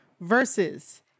versus